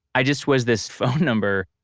i just was this phone number.